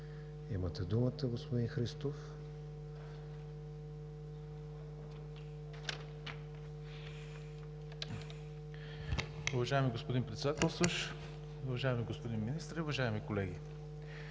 Имате думата, господин Христов.